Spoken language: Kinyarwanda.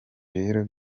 rero